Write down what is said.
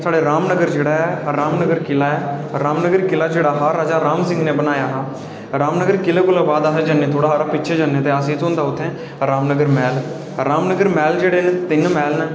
साढ़ा रामनगर जेह्ड़ा ऐ रामनगर किला ऐ रामनगर किला जेह्ड़ा हा राजा राम सिंह ने बनाया हा रामनगर किले कोला बाद अस जन्ने थ्होड़ा हारा पिच्छे जन्ने ते असें गी थ्होंदा उत्थै रामनगर मैह्ल रामनगर मैह्ल जेह्डे़ न तिन्न मैह्ल न